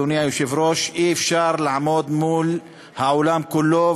אדוני היושב-ראש, אי-אפשר לעמוד מול העולם כולו.